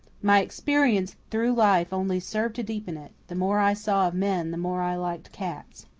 my experiences through life only served to deepen it. the more i saw of men, the more i liked cats.